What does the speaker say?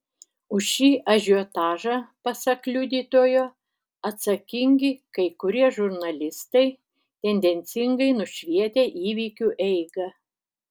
už šį ažiotažą pasak liudytojo atsakingi kai kurie žurnalistai tendencingai nušvietę įvykių eigą